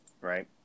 right